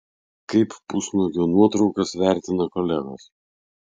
kaip pusnuogio nuotraukas vertina kolegos